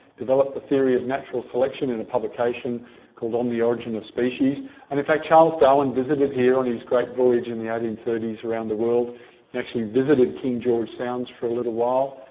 developed the theory of natural selection in a publication called on the origin of species and in fact, charles darwin visited here on his great voyage in the eighteen thirty s around the world and actually visited king george sounds for a little while.